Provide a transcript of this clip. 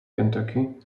kentucky